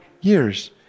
years